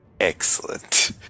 Excellent